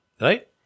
Right